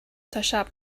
تاشب